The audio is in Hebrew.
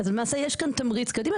אז למעשה יש כאן תמריץ קדימה,